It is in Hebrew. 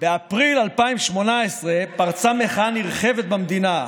באפריל 2018 פרצה מחאה נרחבת במדינה,